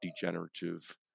degenerative